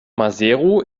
maseru